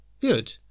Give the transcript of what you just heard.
Good